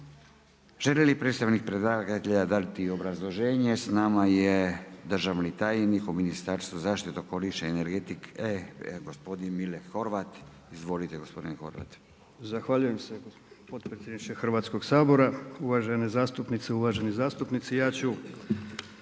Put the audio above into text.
Želi li predstavnik predlagatelja dati obrazloženje? Sa nama je državni tajnik u Ministarstvu zaštite, okoliša i energetike gospodin Mile Horvat. Izvolite gospodine Horvat. **Horvat, Mile (SDSS)** Zahvaljujem se potpredsjedniče Hrvatskog sabora. Uvažene zastupnice, uvaženi zastupnici